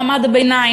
מעמד הביניים,